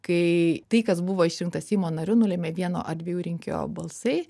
kai tai kas buvo išrinktas seimo nariu nulėmė vieno ar dviejų rinkėjų balsai